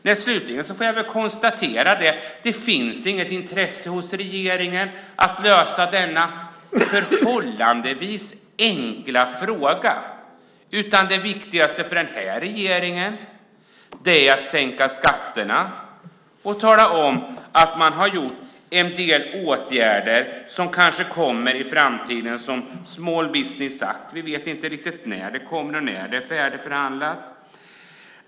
Nej, slutligen får jag väl konstatera att det inte finns något intresse hos regeringen för att lösa denna förhållandevis enkla fråga, utan det viktigaste för den här regeringen är att sänka skatter och att tala om att man har vidtagit en del åtgärder som i framtiden kanske kommer som Small Business Act. Vi vet inte riktigt när det där kommer och när det är färdigförhandlat.